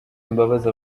imbabazi